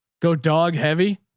go dog heavy.